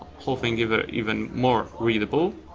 whole thing give ah even more readable.